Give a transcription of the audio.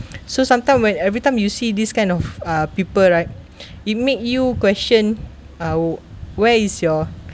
so sometime when every time you see this kind of uh people right it make you question ah where is your